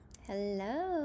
Hello